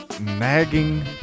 nagging